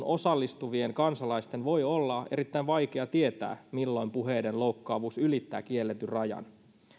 osallistuvien kansalaisten voi olla erittäin vaikea tietää milloin puheiden loukkaavuus ylittää kielletyn rajan